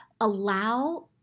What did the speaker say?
allow